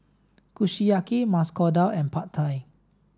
Kushiyaki Masoor Dal and Pad Thai